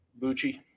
Bucci